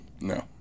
No